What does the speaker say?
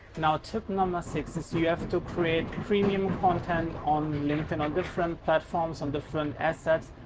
now tip number six is you have to create premium content on linkedin, on different platforms, on different assets.